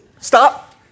Stop